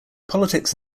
politics